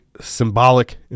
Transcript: symbolic